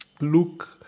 look